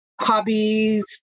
hobbies